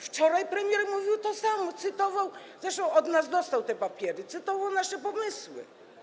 Wczoraj premier mówił to samo, cytował - zresztą od nas dostał te papiery - nasze pomysły.